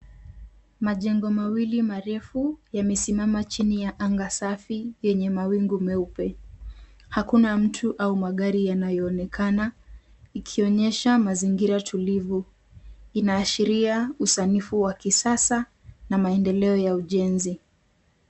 Majengo mawili marefu yamesimama chini ya anga safi yenye mawingu meupe. Hakuna mtu au magari yanayoonekana ikionyesha mazingira tulivu. Inaashiria usanifu wa kisasa na maendeleo ya ujenzi.